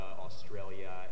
Australia